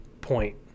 point